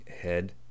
head